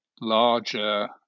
larger